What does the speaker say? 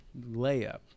layup